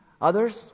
Others